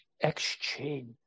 exchange